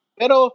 pero